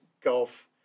golf